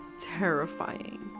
terrifying